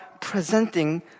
presenting